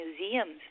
museums